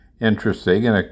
interesting